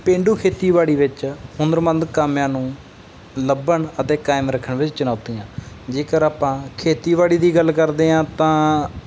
ਪੇਂਡੂ ਖੇਤੀਬਾੜੀ ਵਿੱਚ ਹੁਨਰਮੰਦ ਕਾਮਿਆਂ ਨੂੰ ਲੱਭਣ ਅਤੇ ਕਾਇਮ ਰੱਖਣ ਵਿੱਚ ਚੁਣੌਤੀਆਂ ਜੇਕਰ ਆਪਾਂ ਖੇਤੀਬਾੜੀ ਦੀ ਗੱਲ ਕਰਦੇ ਹਾਂ ਤਾਂ